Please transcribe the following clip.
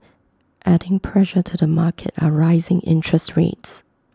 adding pressure to the market are rising interest rates